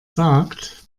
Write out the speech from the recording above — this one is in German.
sagt